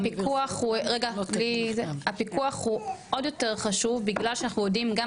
הפיקוח הוא עוד יותר חשוב בגלל שאנחנו יודעים גם